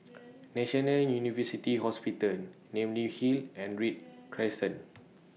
National University Hospital Namly Hill and Read Crescent